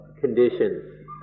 conditions